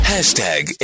Hashtag